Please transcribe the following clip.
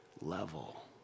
level